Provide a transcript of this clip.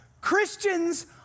Christians